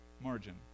margin